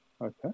Okay